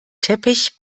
teppich